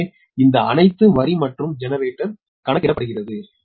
எனவே இந்த அனைத்து வரி மற்றும் ஜெனரேட்டர் கணக்கிடப்படுகிறது